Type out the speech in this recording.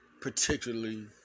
particularly